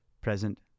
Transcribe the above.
present